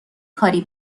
کاری